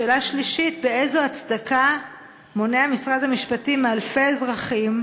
שאלה שלישית: באיזו הצדקה מונע משרד המשפטים מאלפי אזרחים,